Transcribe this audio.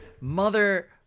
Mother